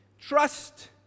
trust